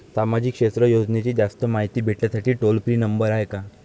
सामाजिक क्षेत्र योजनेची जास्त मायती भेटासाठी टोल फ्री नंबर हाय का?